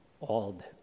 old